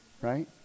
right